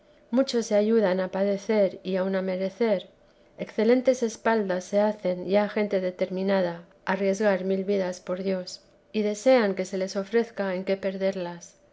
mucho se ayudan a padecer y aun a merecer excelentes espaldas se hacen la gente determinada a arriscar mil vidas por dios y desean que se les ofrezca en qué perderlas